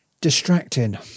distracting